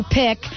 pick